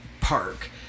park